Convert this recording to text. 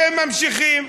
וממשיכים.